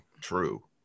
true